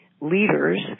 Leaders